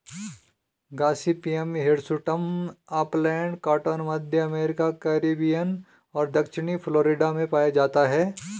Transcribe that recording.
Gossypium hirsutum upland cotton, मध्य America, Caribbean और दक्षिणी फ्लोरिडा में पाया जाता है